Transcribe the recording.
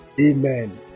amen